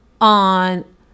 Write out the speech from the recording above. on